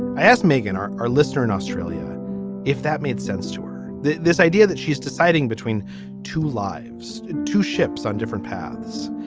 asked megan are our listeners in australia if that made sense to her. this idea that she is deciding between two lives two ships on different paths.